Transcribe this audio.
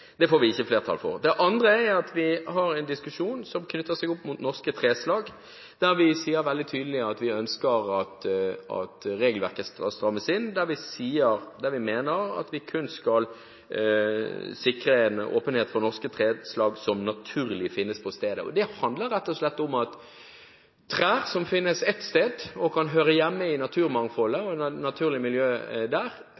forslaget får vi ikke flertall for. Vi har en diskusjon som knytter seg til norske treslag, der vi sier veldig tydelig at vi ønsker at regelverket strammes inn. Vi mener at vi kun skal sikre en åpenhet for norske treslag som naturlig finnes på stedet. Det handler rett og slett om at trær som finnes ett sted og kan høre hjemme i naturmangfoldet